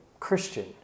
Christian